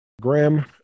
Graham